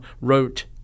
wrote